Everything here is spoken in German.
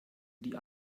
die